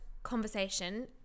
Conversation